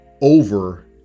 over